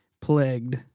plagued